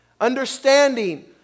understanding